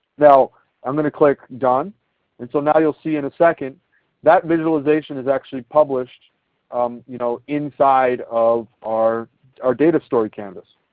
now i'm going to click done. and so now you will see in a second that visualization is actually published um you know inside of our our data story canvas.